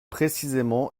précisément